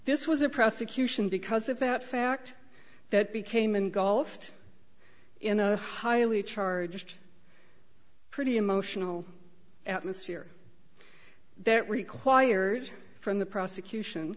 this was a prosecution because of that fact that became engulfed in a highly charged pretty emotional atmosphere there required from the prosecution